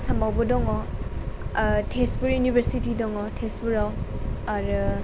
आसामावबो दङ तेजपुर इउनिभारसिटि दङ तेजपुराव आरो